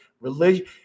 religion